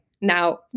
now